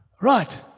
Right